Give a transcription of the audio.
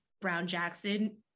Brown-Jackson